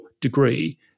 degree